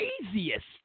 craziest